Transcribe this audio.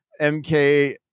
MK